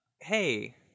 Hey